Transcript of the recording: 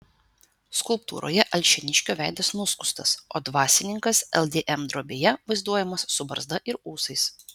skulptūroje alšėniškio veidas nuskustas o dvasininkas ldm drobėje vaizduojamas su barzda ir ūsais